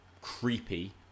creepy